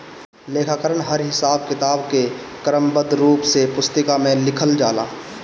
लेखाकरण हर हिसाब किताब के क्रमबद्ध रूप से पुस्तिका में लिखल जाला